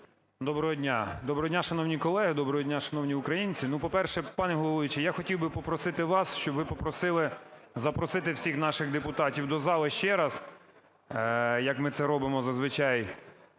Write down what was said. Доброго дня, шановні колеги! Доброго дня, шановні українці! Ну, по-перше, пане головуючий, я хотів би попросити вас, щоб ви попросили запросити всіх наших депутатів до залу ще раз, як ми це робимо зазвичай.